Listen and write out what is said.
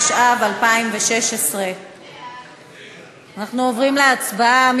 התשע"ו 2016. אנחנו עוברים להצבעה.